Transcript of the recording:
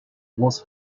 was